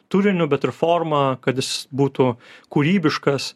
turiniu bet ir forma kad jis būtų kūrybiškas